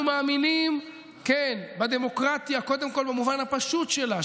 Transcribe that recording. אנחנו מאמינים בדמוקרטיה קודם כול במובן הפשוט שלה,